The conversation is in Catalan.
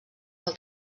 del